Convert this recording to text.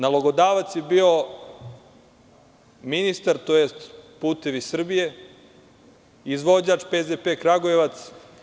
Nalogodavac je bio ministar, tj. „Putevi Srbije“, izvođač PZP Kragujevac.